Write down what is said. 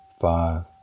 five